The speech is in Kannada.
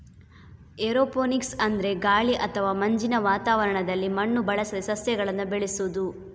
ಏರೋಪೋನಿಕ್ಸ್ ಅಂದ್ರೆ ಗಾಳಿ ಅಥವಾ ಮಂಜಿನ ವಾತಾವರಣದಲ್ಲಿ ಮಣ್ಣು ಬಳಸದೆ ಸಸ್ಯಗಳನ್ನ ಬೆಳೆಸುದು